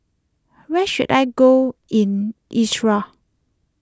where should I go in Iraq